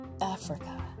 Africa